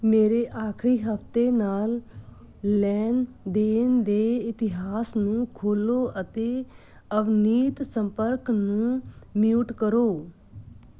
ਮੇਰੇ ਆਖਰੀ ਹਫ਼ਤੇ ਨਾਲ ਲੈਣ ਦੇਣ ਦੇ ਇਤਿਹਾਸ ਨੂੰ ਖੋਲੋ ਅਤੇ ਅਵਨੀਤ ਸੰਪਰਕ ਨੂੰ ਮਊਟ ਕਰੋ